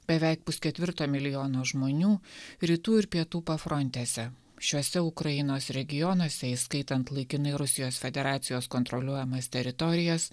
beveik pusketvirto milijono žmonių rytų ir pietų pafrontėse šiuose ukrainos regionuose įskaitant laikinai rusijos federacijos kontroliuojamas teritorijas